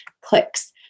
clicks